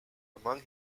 among